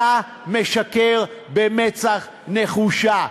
אתה משקר במצח נחושה.